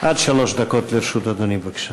עד שלוש דקות לרשות אדוני, בבקשה.